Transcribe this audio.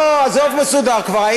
זה מסודר כבר,